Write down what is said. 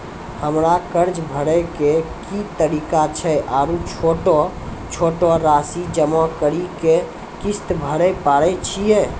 हमरा कर्ज भरे के की तरीका छै आरू छोटो छोटो रासि जमा करि के किस्त भरे पारे छियै?